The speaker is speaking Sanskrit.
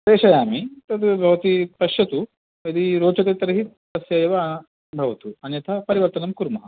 प्रेशयामि तद् भवती पश्यतु यदि रोचते तर्हि तस्य एव भवतु अन्यथा परिवर्तणं कुर्मः